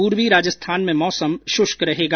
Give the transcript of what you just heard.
पूर्वी राजस्थान में मौसम शुष्क रहेगा